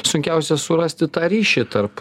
sunkiausia surasti tą ryšį tarp